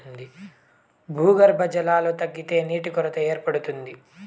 భూగర్భ జలాలు తగ్గితే నీటి కొరత ఏర్పడుతుంది